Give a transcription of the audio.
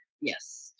Yes